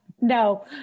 No